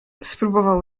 spróbował